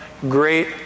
great